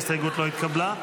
ההסתייגות לא התקבלה.